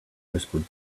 whispered